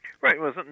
Right